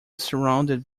surrounded